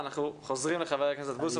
תודה.